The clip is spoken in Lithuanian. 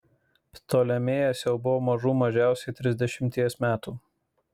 ptolemėjas jau buvo mažų mažiausiai trisdešimties metų